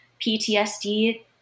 PTSD